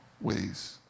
ways